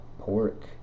pork